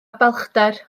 balchder